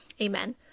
Amen